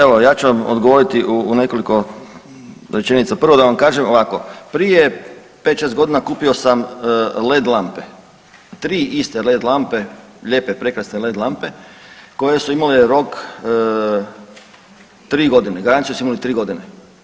Evo, ja ću vam odgovoriti u nekoliko rečenica, prvo da vam kažem, ovako prije 5-6 godina kupio sam led lampe, 3 iste led lampe, lijepe prekrasne led lampe koje su imale rok 3 godine, garanciju su imale 3 godine.